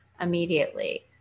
immediately